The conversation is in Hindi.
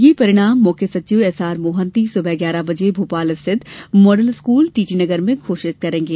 यह परिणाम मुख्य सचिव एस आर मोहन्ती सुबह ग्यारह बजे भोपाल स्थित model school T T Nagar में घोषित करेंगे